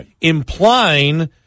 implying